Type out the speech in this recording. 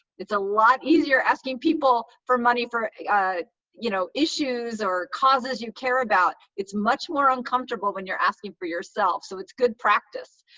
it's a lot easier asking people for money for you know issues or causes you care about. it's much more uncomfortable when you're asking for yourself, so it's good practice.